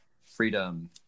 freedom